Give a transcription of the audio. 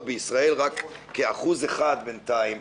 דבר קצת יותר לאט,